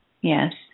Yes